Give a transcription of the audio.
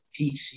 PC